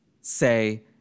say